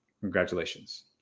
Congratulations